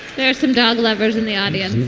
there are some dog lovers in the audience